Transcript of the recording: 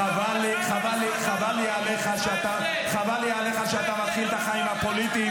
חבל לי עליך שאתה מתחיל את החיים הפוליטיים